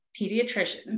pediatrician